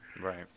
Right